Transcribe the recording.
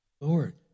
Lord